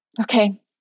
Okay